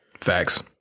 Facts